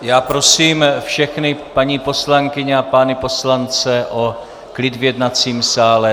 Já prosím všechny paní poslankyně a pány poslance o klid v jednacím sále.